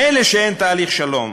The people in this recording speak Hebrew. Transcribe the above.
מילא שאין תהליך שלום.